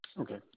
Okay